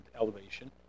elevation